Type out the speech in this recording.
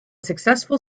successful